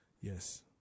Yes